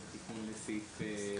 את התיקון לסעיף?